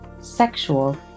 sexual